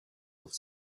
auf